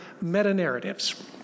Meta-narratives